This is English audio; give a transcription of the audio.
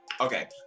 Okay